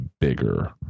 bigger